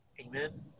Amen